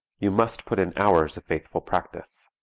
you must put in hours of faithful practice.